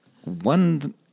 one